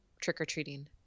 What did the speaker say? trick-or-treating